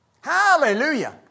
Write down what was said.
Hallelujah